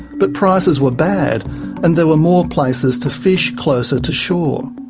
but prices were bad and there were more places to fish closer to shore.